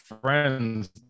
friends